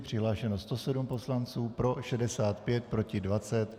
Přihlášeno 107 poslanců, pro 65, proti 20.